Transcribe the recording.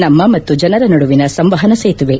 ನಮ್ಮ ಮತ್ತು ಜನರ ನಡುವಿನ ಸಂವಹನ ಸೇತುವೆ